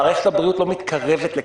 מערכת הבריאות לא מתקרבת לקריסה.